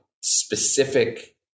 specific